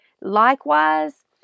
Likewise